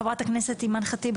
חברת הכנסת אימאן ח'טיב,